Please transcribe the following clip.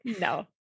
no